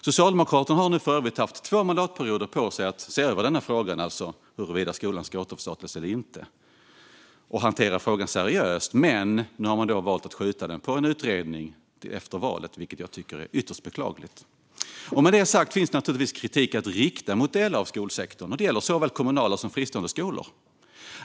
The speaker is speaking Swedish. Socialdemokraterna har nu för övrigt haft två mandatperioder på sig att se över frågan om huruvida skolan ska återförstatligas eller inte och hantera den seriöst, men nu har man valt att skjuta upp den till en utredning efter valet, vilket jag tycker är ytterst beklagligt. Med detta sagt finns det naturligtvis kritik att rikta mot delar av skolsektorn. Detta gäller såväl kommunala som fristående skolor.